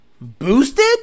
Boosted